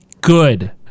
Good